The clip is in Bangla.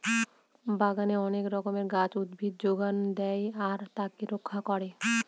বাগানে অনেক রকমের গাছ, উদ্ভিদ যোগান দেয় আর তাদের রক্ষা করে